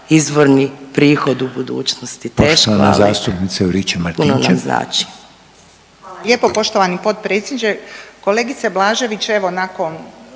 izvorni prihod u budućnosti.